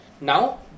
Now